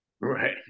right